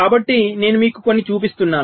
కాబట్టి నేను మీకు కొన్ని చూపిస్తున్నాను